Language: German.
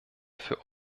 für